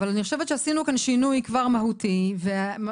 אבל אני חושבת שעשינו כאן שינוי כבר מהותי ובסדר,